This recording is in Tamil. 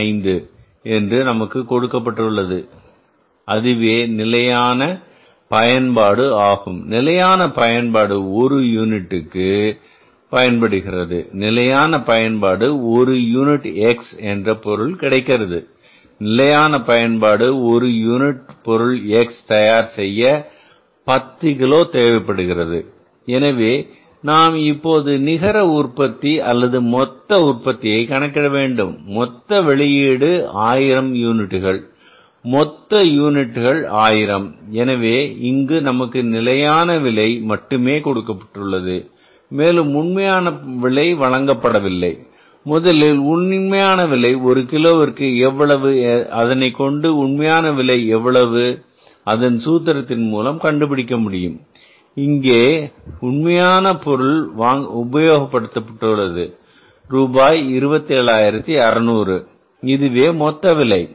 50 என்று நமக்கு கொடுக்கப்பட்டுள்ளது அதுவே நிலையான பயன்பாடு ஆகும் நிலையான பயன்பாடு ஒரு யூனிட்டுக்கு பயன்படுகிறது நிலையான பயன்பாடு ஒரு யூனிட் X என்ற பொருள் கிடைக்கிறது நிலையான பயன்பாடு ஒரு யூனிட் பொருள் எக்ஸ் தயார் செய்ய 10 கிலோ தேவைப்படுகிறது எனவே நாம் இப்போது நிகர உற்பத்தி அல்லது மொத்த உற்பத்தியை கணக்கிட வேண்டும் மொத்த வெளியீடு 1000 யூனிட்டுகள் மொத்த யூனிட்டுகள் ஆயிரம் எனவே இங்கு நமக்கு நிலையான விலை மட்டுமே கொடுக்கப்பட்டுள்ளது மேலும் உண்மை விலை வழங்கப்படவில்லை முதலில் உண்மையான விலை ஒரு கிலோவிற்கு எவ்வளவு அதனைக்கொண்டு உண்மையான விலை எவ்வளவு அதை சூத்திரத்தின் மூலம் கண்டுபிடிக்க முடியும் இங்கே உண்மையான பொருள் உபயோகப்படுத்தப்பட்டது ரூபாய் 27600 இதுவே மொத்த விலை